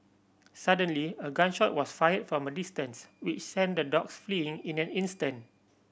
suddenly a gun shot was fired from a distance which sent the dogs fleeing in an instant